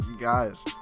Guys